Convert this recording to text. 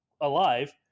alive